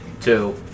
Two